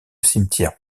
cimetière